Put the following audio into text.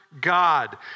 God